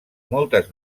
moltes